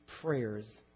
prayers